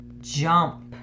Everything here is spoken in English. jump